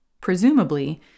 Presumably